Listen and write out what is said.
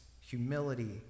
humility